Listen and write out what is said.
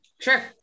Sure